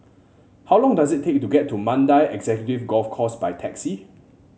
how long does it take to get to Mandai Executive Golf Course by taxi